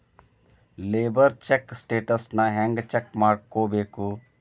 Labour check ಸ್ಟೆಟಸನ್ನ ಹೆಂಗ್ check ಮಾಡ್ಕೊಬೇಕ್?